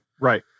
Right